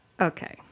Okay